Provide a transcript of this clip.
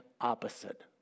opposite